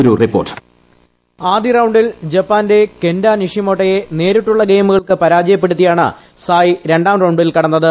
ഒരു report voice ആദ്യ റൌണ്ടിൽ ജപ്പാന്റെ കെന്റോ നിഷിമോട്ടോയെ നേരിട്ടുള്ള ഗെയിമുകൾക്ക് പരാജ്യപ്പെടുത്തിയാണ് സായ് രണ്ടാം റൌണ്ടിൽ കടന്ന്ത്